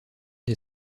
des